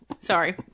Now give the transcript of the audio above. Sorry